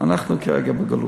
אנחנו כרגע בגלות,